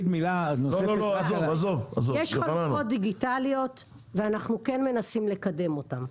יש חלופות דיגיטליות ואנחנו כן מנסים לקדם אותן.